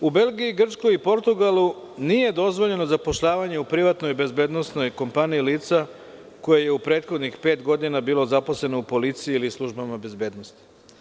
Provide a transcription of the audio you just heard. U Belgiji, Grčkoj i Portugalu nije dozvoljeno zapošljavanje u privatnoj bezbednosnoj kompaniji lica koja je u prethodnih pet godina bilo zaposleno u policiji ili službama bezbednosti.